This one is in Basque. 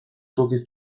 tokiz